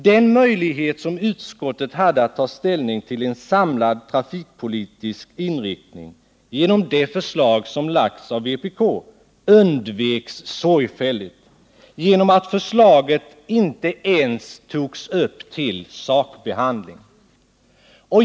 Den möjlighet som utskottet hade att ta ställning till en samlad trafikpolitisk inriktning, genom det förslag som lagts fram av vpk, undveks sorgfälligt genom att förslaget inte ens togs upp till sakbehandling.